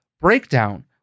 breakdown